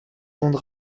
ondes